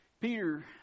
Peter